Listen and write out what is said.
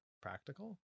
practical